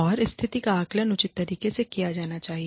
और स्थिति का आकलन उचित तरीके से किया जाना चाहिए